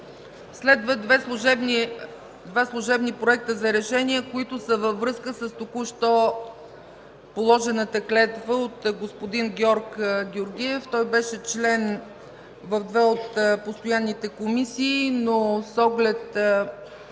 Има два служебни проекти за решения, които са във връзка с току-що положената клетва от господин Георг Георгиев. Той беше член в две от постоянните комисии, но с оглед